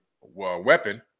weapon